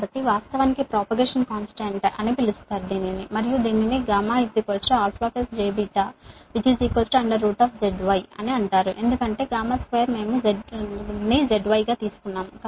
కాబట్టి వాస్తవానికి propagation constant అని పిలుస్తారు మరియు దీనిని γ α jβ zy ఇస్తుంది ఎందుకంటే 2 మేము z y తీసుకున్నాము